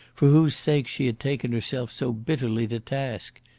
for whose sake she had taken herself so bitterly to task.